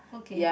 okay